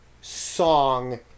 song